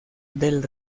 del